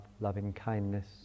loving-kindness